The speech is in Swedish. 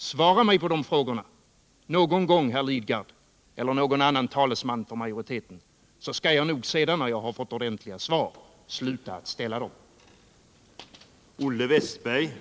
Svara mig på dessa frågor någon gång, herr Lidgard eller någon annan talesman för majoriteten, så skall jag sedan, när jag fått ordentliga svar, sluta att ställa dessa frågor.